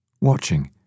Watching